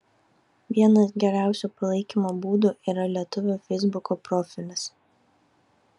vienas geriausių palaikymo būdų yra lietuvio feisbuko profilis